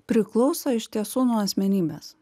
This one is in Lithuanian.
priklauso iš tiesų nuo asmenybės